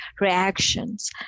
reactions